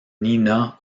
nina